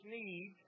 need